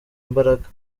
imbaraga